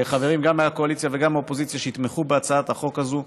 חברים גם מהקואליציה וגם מהאופוזיציה שיתמכו בהצעת החוק הזאת.